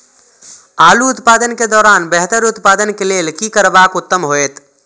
आलू उत्पादन के दौरान बेहतर उत्पादन के लेल की करबाक उत्तम होयत?